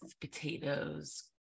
potatoes